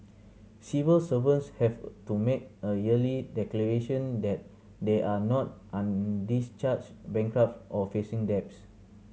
civil servants have to make a yearly declaration that they are not undischarged bankrupt or facing debts